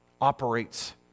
operates